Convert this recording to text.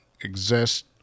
exist